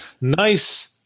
nice